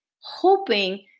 hoping